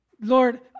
Lord